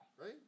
Right